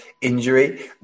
injury